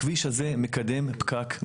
הכביש הזה מקדם פקק,